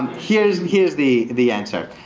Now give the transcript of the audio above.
here's and here's the the answer.